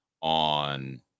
on